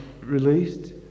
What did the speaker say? released